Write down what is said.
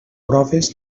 proves